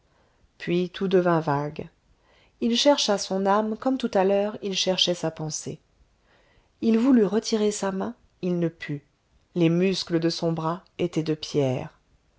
puis tout devint vague il chercha son âme comme tout à l'heure il cherchait sa pensée il voulut retirer sa main il ne put les muscles de son bras étaient de pierre